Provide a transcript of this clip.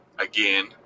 again